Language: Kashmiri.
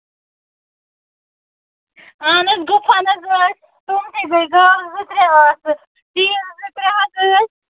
اَہَن حظ گُپن حظ آسہٕ ٹوٹلی گٔے گٲو زٕ ترٛےٚ آسہٕ تیٖرۍ زٕ ترٛےٚ ہتھ ٲسۍ